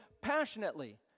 passionately